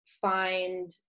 find